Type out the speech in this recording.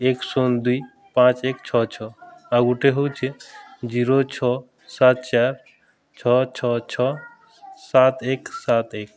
ଏକ୍ ଶୂନ୍ ଦୁଇ ପାଞ୍ଚ ଏକ୍ ଛଅ ଛଅ ଆଉ ଗୁଟେ ହେଉଛେ ଜିରୋ ଛଅ ସାତ୍ ଚାଏର୍ ଛଅ ଛଅ ଛଅ ସାତ୍ ଏକ ସାତ୍ ଏକ